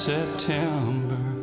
September